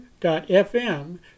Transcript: FM